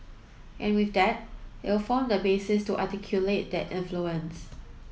and with that it'll form the basis to articulate that influence